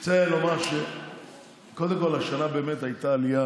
אני רוצה לומר, קודם כול, שהשנה באמת הייתה עלייה